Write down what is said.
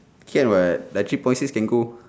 can [what] like three point six can go